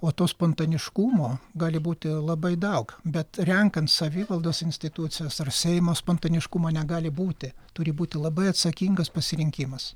o to spontaniškumo gali būti labai daug bet renkant savivaldos institucijas ar seimo spontaniškumo negali būti turi būti labai atsakingas pasirinkimas